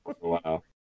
Wow